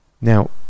Now